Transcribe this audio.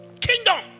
Kingdom